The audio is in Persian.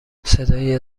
صدای